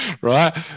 right